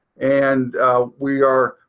and we are.